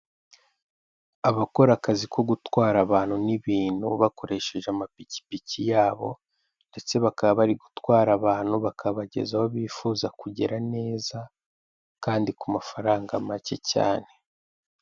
Abakora akazi ko gutwara abantu n'ibintu bakoresheje amapikipiki yabo; ndetse bakaba bari gutwara abantu bakabageza aho bifuza kugera neza, kandi ku mafaranga make cyane.